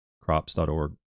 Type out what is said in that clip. crops.org